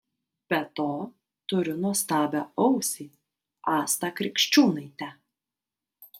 be to turiu nuostabią ausį astą krikščiūnaitę